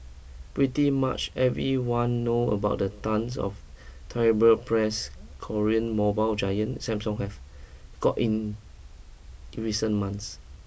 pretty much everyone know about the tonnes of terrible press Korean mobile giant Samsung has gotten in in recent months